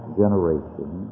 generation